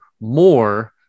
more